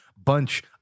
bunch